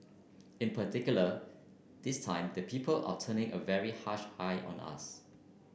in particular this time the people are turning a very harsh eye on us